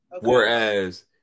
Whereas